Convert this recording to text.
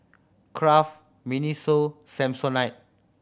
Kraft MINISO Samsonite